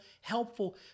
helpful